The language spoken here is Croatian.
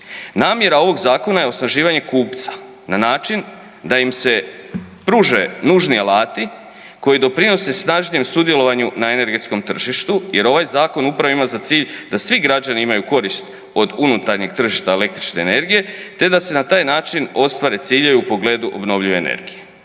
Namjera ovog zakona je osnaživanje kupca na način da im se pruže nužni alati koji doprinose snažnijem sudjelovanju na energetskom tržištu jer ovaj zakon upravo ima za cilj da svi građani imaju korist od unutarnjeg tržišta električne energije te da se na taj način ostvare ciljevi u pogledu obnovljive energije.